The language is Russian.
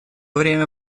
время